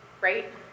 right